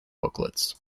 booklets